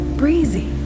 breezy